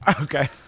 okay